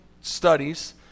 studies